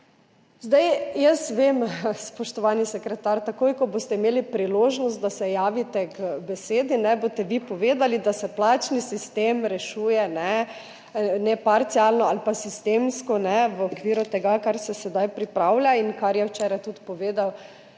nege. Jaz vem, spoštovani sekretar, takoj, ko boste imeli priložnost, da se javite k besedi, boste vi povedali, da se plačnega sistema ne rešuje parcialno, ampak sistemsko, v okviru tega, kar se sedaj pripravlja in kar je včeraj tudi povedal